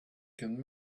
can